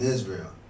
Israel